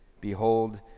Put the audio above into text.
behold